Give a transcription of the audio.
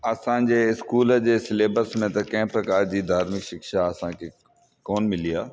असांजे स्कूल जे स्लेबस में त कंहिं प्रकार जी धार्मिक शिक्षा असांखे कोन मिली आहे